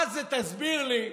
תסביר לי,